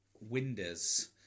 Windows